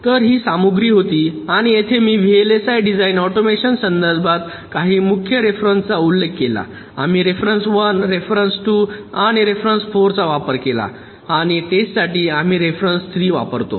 तर ही पूरक सामग्री होती आणि येथे मी व्हीएलएसआय डिझाइन ऑटोमेशन संदर्भित काही मुख्य रेफरन्सचा उल्लेख केला आम्ही रेफरन्स 1 आणि 2 आणि रेफरन्स 4 चा वापर केला आणि टेस्ट साठी आम्ही रेफरन्स 3 वापरतो